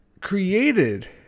created